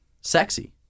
sexy